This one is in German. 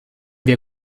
wir